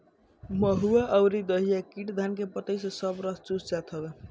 महुआ अउरी दहिया कीट धान के पतइ के सब रस चूस जात हवे